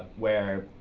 where,